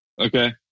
okay